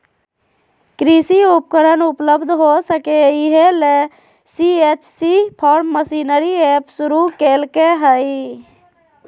कृषि उपकरण उपलब्ध हो सके, इहे ले सी.एच.सी फार्म मशीनरी एप शुरू कैल्के हइ